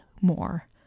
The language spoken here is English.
more